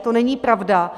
To není pravda.